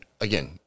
Again